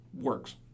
works